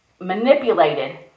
manipulated